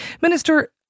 Minister